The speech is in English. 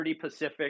Pacific